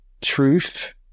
truth